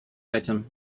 item